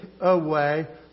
away